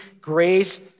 grace